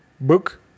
book